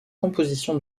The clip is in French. composition